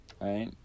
Right